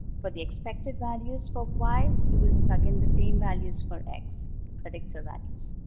for the expected values for y, you will plug in the same values for x, predictor values.